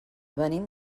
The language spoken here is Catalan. venim